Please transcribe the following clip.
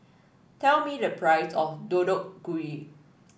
tell me the price of Deodeok Gui